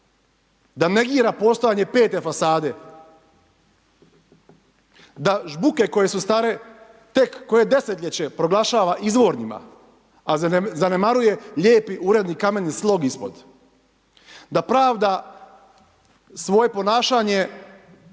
Da negira postojanje pete fasade, da žbuke koje su stare tek koje desetljeće proglašava izvornima, a zanemaruje lijepi uredni kameni slog ispod. Da pravda svoje ponašanje